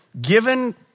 Given